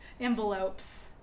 envelopes